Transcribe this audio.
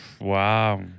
Wow